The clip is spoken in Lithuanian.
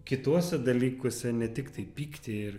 kituose dalykuose ne tiktai pyktį ir